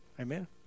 Amen